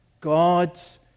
God's